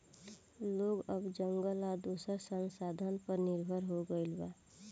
लोग अब जंगल आ दोसर संसाधन पर निर्भर हो गईल बा